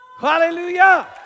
Hallelujah